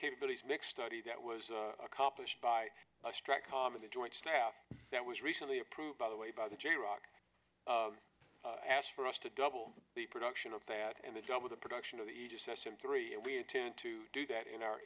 capabilities mix study that was accomplished by a strike called of the joint staff that was recently approved by the way by the j rock asked for us to double the production of fat and the double the production of the s in three and we intend to do that in our